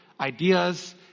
ideas